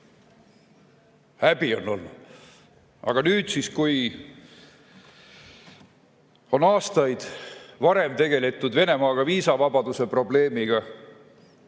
Häbi on olnud. Aga nüüd siis, kui on aastaid varem tegeldud Venemaaga, viisavabaduse probleemiga